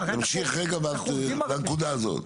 תמשיך רגע בנקודה הזו.